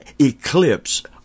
eclipse